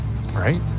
Right